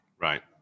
Right